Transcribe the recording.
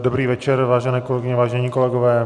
Dobrý večer, vážené kolegyně, vážení kolegové.